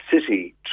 City